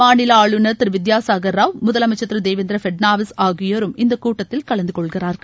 மாநில ஆளுநர் திரு வித்யாசாகர் ராவ் முதலனமச்சர் திரு தேவேந்திர பட்னாவிஸ் ஆகியோரும் இந்த கூட்டத்தில் கலந்துகொள்கிறார்கள்